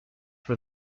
for